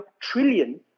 trillion